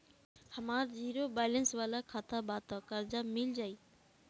हमार zero balance वाला खाता बा त कर्जा मिल जायी?